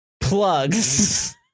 Plugs